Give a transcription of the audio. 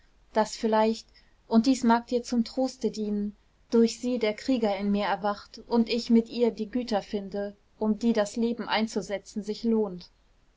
daß vielleicht und dies mag dir zum troste dienen durch sie der krieger in mir erwacht und ich mit ihr die güter finde um die das leben einzusetzen sich lohnt